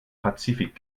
pazifik